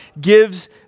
gives